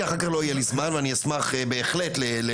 כי אחר כך לא יהיה לי זמן ואני אשמח בהחלט דיון,